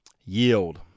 yield